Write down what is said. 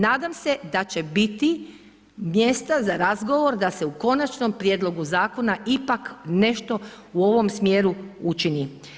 Nadam se da će biti mjesta za razgovor da se u konačnom prijedlog zakona ipak nešto u ovom smjeru učini.